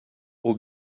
aux